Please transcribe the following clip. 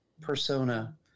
persona